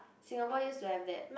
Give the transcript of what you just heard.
Singapore used to have that